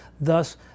thus